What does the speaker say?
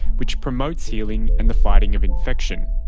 which promotes healing and the fighting of infection.